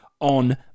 On